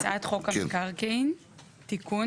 הצעת חוק המקרקעין (תיקון,